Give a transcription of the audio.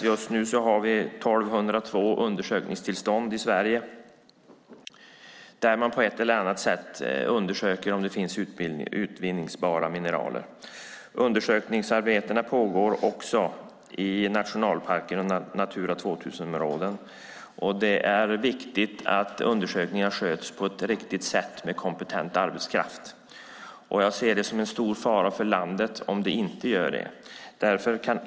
Just nu har vi 1 202 undersökningstillstånd i Sverige där man på ett eller annat sätt undersöker om det finns utvinningsbara mineraler. Undersökningsarbetena pågår också i nationalparkerna och i Natura 2000-områden. Det är viktigt att undersökningar sköts på ett riktigt sätt med kompetent arbetskraft. Jag ser det som en stor fara för landet om det inte gör det.